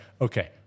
okay